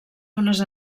unes